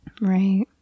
Right